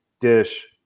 dish